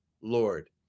Lord